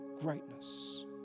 greatness